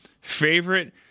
Favorite